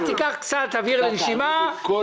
קח קצת אוויר לנשימה, זה בסדר גמור.